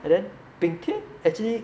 and then bing tian actually